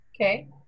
Okay